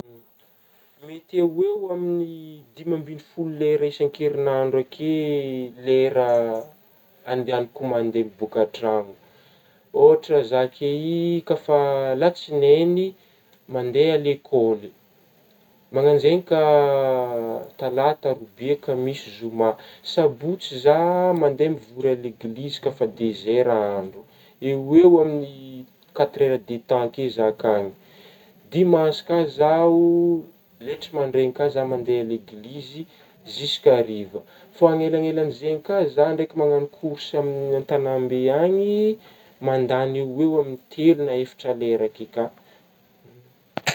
Mety eo eo amin'ny dimy ambin'ny folo lera isan-kerignandro akeo lera andehagnako mandeha mibôaka tragno ôhatra zah key ka fa latsinaigny mandeha à lekôly mananjaigny ka talata robia kamisy zoma ,sabotsy zah mandeha mivory a leglizy ka fa deux heure andro eo eo amin'ny quatre heure de temps eo zah kany ,dimanche ka zaho o mandraigny ka zah mandeha a leglizy juska hariva fa anelanelagn'izegny ka zah ndraiky managno korsa amin'gny an-tagnambe agny mandagny eo eo amin'gny telo na efatra lera akeo ka ka.